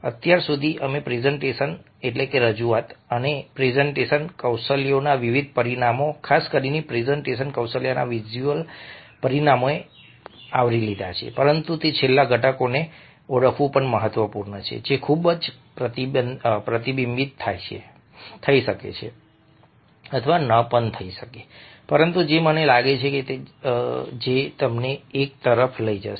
અત્યાર સુધી અમે પ્રેઝન્ટેશનરજૂઆત અને પ્રેઝન્ટેશન કૌશલ્યોના વિવિધ પરિમાણો ખાસ કરીને પ્રેઝન્ટેશન કૌશલ્યના વિઝ્યુઅલ પરિમાણને આવરી લીધા છે પરંતુ તે છેલ્લા ઘટકને ઓળખવું પણ મહત્વપૂર્ણ છે જે ખૂબ પ્રતિબિંબિત થઈ શકે છે અથવા ન પણ હોઈ શકે પરંતુ જે મને લાગે છે કે જે તમને એક તરફ લઈ જશે